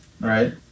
right